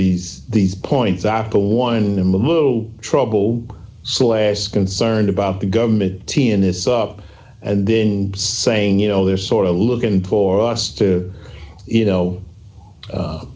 these these points after one to move trouble slask concerned about the government t n this up and then saying you know they're sort of looking for us to you know